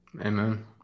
Amen